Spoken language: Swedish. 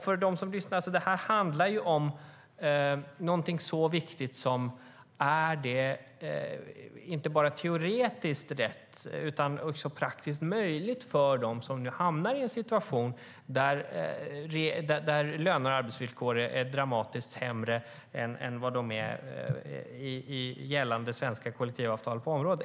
För dem som lyssnar vill jag förklara att det här handlar om någonting så viktigt som om det inte bara är teoretiskt rätt utan också praktiskt möjligt att ta arbetsrättslig konflikt för dem som hamnar i en situation där löner och arbetsvillkor är dramatiskt sämre än vad de är i gällande svenska kollektivavtal på området.